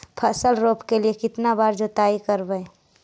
फसल रोप के लिय कितना बार जोतई करबय?